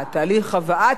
הכנת החוק הזה,